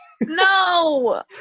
No